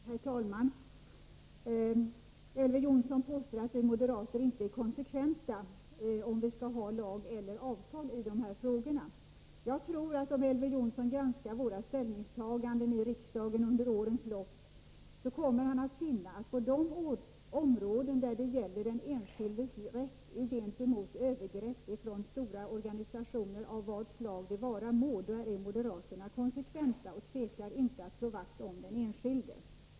Herr talman! Elver Jonsson påstår att vi moderater inte är konsekventa i frågan huruvida vi skall ha lag eller avtal i dessa fall. Om Elver Jonsson granskar våra ställningstaganden i riksdagen under årens lopp, tror jag att han kommer att finna att moderaterna är konsekventa när det gäller den enskildes skydd mot övergrepp från stora organisationer av vad slag det vara må. Vi tvekar inte att slå vakt om den enskilde.